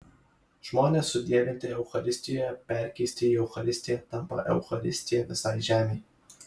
žmonės sudievinti eucharistijoje perkeisti į eucharistiją tampa eucharistija visai žemei